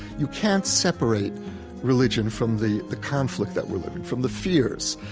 you can't separate religion from the the conflict that we're living from the fears.